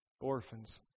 orphans